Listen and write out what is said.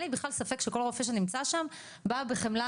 אין לי בכלל ספק שכל רופא שנמצא שם בא בחמלה